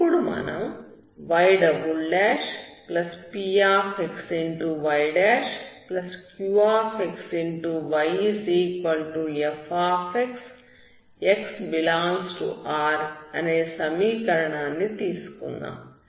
ఇప్పుడు మనం ypxyqxyfx x∈R అనే సమీకరణాన్ని తీసుకుందాం